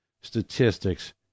statistics